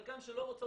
אם חלקן לא ירצו,